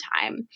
time